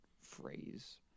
phrase